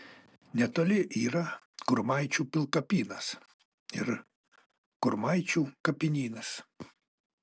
netoli yra kurmaičių pilkapynas ir kurmaičių kapinynas